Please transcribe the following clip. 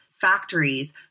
factories